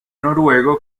noruego